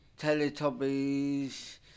Teletubbies